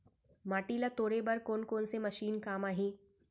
माटी ल तोड़े बर कोन से मशीन काम आही?